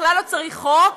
בכלל לא צריך חוק,